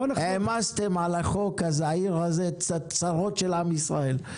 העמסתם על החוק הזעיר הזה את הצרות של עם ישראל.